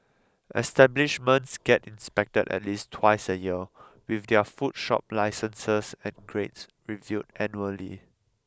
establishments get inspected at least twice a year with their food shop licences and grades reviewed annually